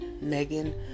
Megan